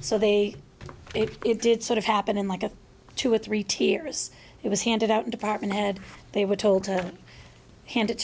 so they it did sort of happen in like a two or three tiers it was handed out department head they were told to hand it